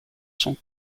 sont